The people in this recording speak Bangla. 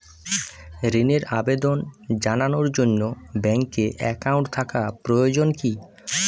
ঋণের আবেদন জানানোর জন্য ব্যাঙ্কে অ্যাকাউন্ট থাকা প্রয়োজন কী?